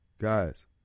Guys